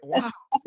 Wow